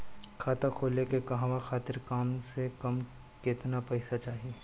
खाता खोले के कहवा खातिर कम से कम केतना पइसा चाहीं?